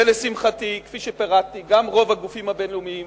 ולשמחתי, כפי שפירטתי, גם רוב הגופים הבין-לאומיים